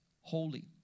holy